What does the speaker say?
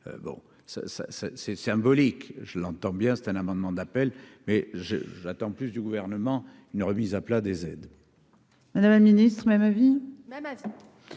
ça c'est symbolique, je l'entends bien c'est un amendement d'appel mais je j'attends plus du gouvernement une remise à plat des aides. Madame la Ministre même avis